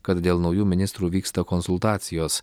kad dėl naujų ministrų vyksta konsultacijos